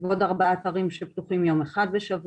ועוד ארבעה אתרים שפתוחים יום אחד בשבוע.